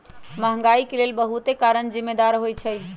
महंगाई के लेल बहुते कारन जिम्मेदार होइ छइ